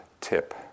tip